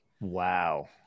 Wow